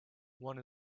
one